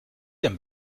dem